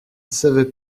savais